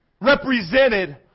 represented